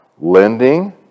lending